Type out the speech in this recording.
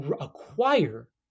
acquire